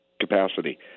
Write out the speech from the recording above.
capacity